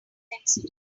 incident